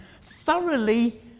thoroughly